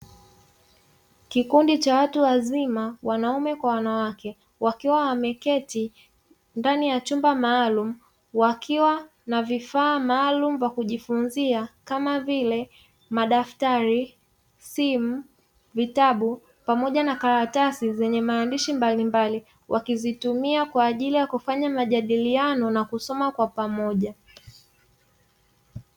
Kikundi cha watu wazima wanaume kwa wanawake wakiwa wameketi ndani ya chumba maalumu wakiwa na vifaa maalumu vya kujifunzia kama vile: madaftari, simu, vitabu pamoja na karatasi zenye maandishi mbalimbali, wakizitumia kwa ajili ya kufanya majadiliano na kusoma kwa pamoja.